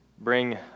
bring